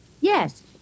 Yes